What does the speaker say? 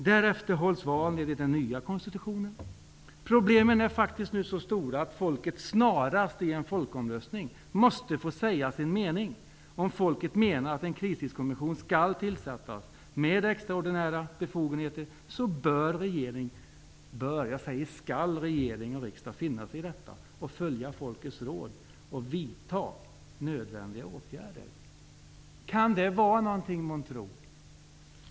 Därefter hålls val enligt den nya konstitutionen. Problemen är faktiskt nu så stora att folket snarast måste få säga sin mening i en folkomröstning. Om folket menar att en kristidskommission skall tillsättas med extraordinära befogenheter, skall regering och riksdag finna sig i detta, följa folkets råd och vidta nödvändiga åtgärder. Kan det vara någonting, månntro?